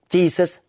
Jesus